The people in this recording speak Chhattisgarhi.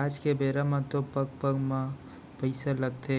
आज के बेरा म तो पग पग म पइसा लगथे